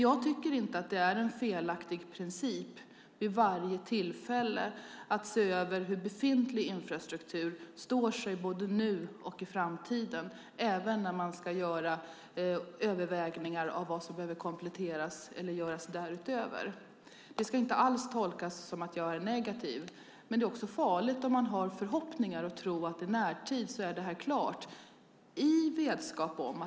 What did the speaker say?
Jag tycker inte att det är en felaktig princip att vid varje tillfälle se över hur befintlig infrastruktur står sig både nu och i framtiden, även när man ska göra överväganden av vad som behöver kompletteras eller göras därutöver. Det ska inte alls tolkas som att jag är negativ. Men det är också farligt om man har förhoppningar och tror att detta kommer att vara klart i närtid.